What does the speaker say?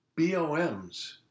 BOMs